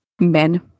men